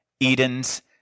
Eden's